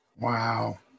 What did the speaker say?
wow